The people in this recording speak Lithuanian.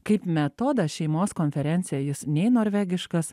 kaip metodą šeimos konferencija jis nei norvegiškas